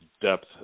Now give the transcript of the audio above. depth